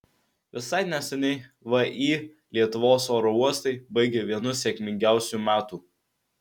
visai neseniai vį lietuvos oro uostai baigė vienus sėkmingiausių metų